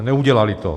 Neudělali to.